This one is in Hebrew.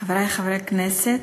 חברי חברי הכנסת,